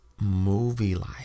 movie-like